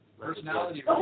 Personality